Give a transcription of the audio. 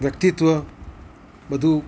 વ્યક્તિત્ત્વ બધું